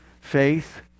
Faith